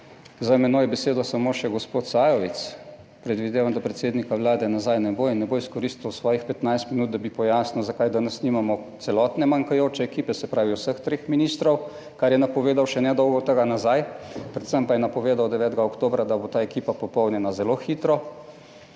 za menoj besedo samo še gospod Sajovic predvidevam, da predsednika Vlade nazaj ne bo in ne bo izkoristil svojih 15 minut, da bi pojasnil, zakaj danes nimamo celotne manjkajoče ekipe, se pravi vseh treh ministrov, kar je napovedal še nedolgo tega nazaj, predvsem pa je napovedal 9. oktobra, da bo ta ekipa popolnjena zelo hitro.